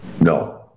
No